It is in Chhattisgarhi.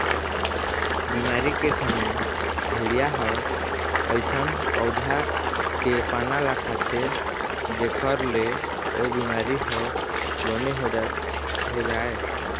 बिमारी के समे भेड़िया ह अइसन पउधा के पाना ल खाथे जेखर ले ओ बिमारी ह बने हो जाए